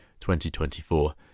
2024